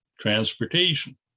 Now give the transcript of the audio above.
transportation